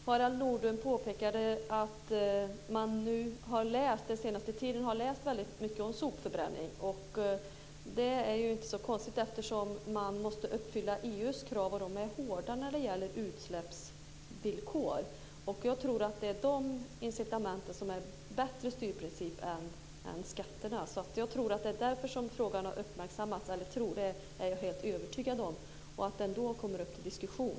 Herr talman! Harald Nordlund påpekade att man den senaste tiden har läst väldigt mycket om sopförbränning. Det är inte så konstigt, eftersom man måste uppfylla EU:s krav och de är hårda när det gäller utsläppsvillkor. Jag tror att de incitamenten är en bättre styrprincip än skatterna. Jag är helt övertygad om att det är därför frågan har uppmärksammats och kommer upp till diskussion.